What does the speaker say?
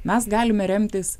mes galime remtis